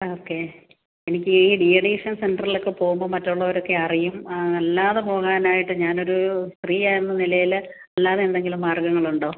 okay എനിക്ക് ഈ de addiction സെൻ്ററിലൊക്കെ പോവുമ്പോൾ മറ്റുള്ളവരൊക്കെ അറിയും ആ അല്ലാതെ പോകാനായിട്ട് ഞാൻ ഒരു സ്ത്രീ എന്ന നിലയിൽ അല്ലാതെ എന്തെങ്കിലും മാർഗ്ഗങ്ങളുണ്ടോ